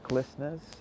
listeners